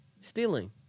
stealing